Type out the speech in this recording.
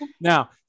Now